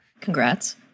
Congrats